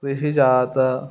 व्रिहिः जातम्